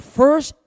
first